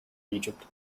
egypt